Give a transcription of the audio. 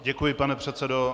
Děkuji, pane předsedo.